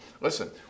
Listen